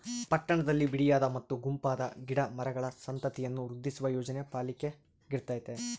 ಪಟ್ಟಣದಲ್ಲಿ ಬಿಡಿಯಾದ ಮತ್ತು ಗುಂಪಾದ ಗಿಡ ಮರಗಳ ಸಂತತಿಯನ್ನು ವೃದ್ಧಿಸುವ ಯೋಜನೆ ಪಾಲಿಕೆಗಿರ್ತತೆ